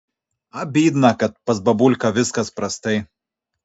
abydna kad pas babulką viskas prastai